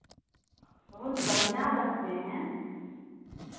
बहुत बढ़िया रखते हैं